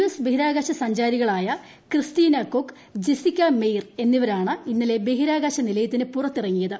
S ബഹിരാകാശ സഞ്ചാരികളായ Christina Koch Jessica Meir എന്നിവരാണ് ഇന്നലെ ഇബ്റ്റിരാകാശ നിലയത്തിനു പുറത്തിറങ്ങിയത്